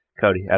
Cody